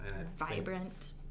Vibrant